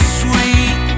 sweet